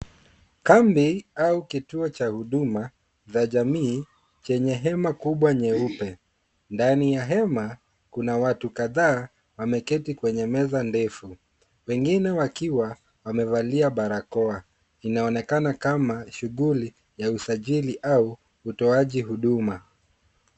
Kambi au kituo cha huduma za jamii chenye hema kubwa nyeupe. Ndani ya hema kuna watu kadhaa wameketi kwenye meza ndefu. Wengine wakiwa wamevalia barakoa. Inaonekana kama shughuli ya usajili au utoaji huduma.